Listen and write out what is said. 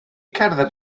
cerdded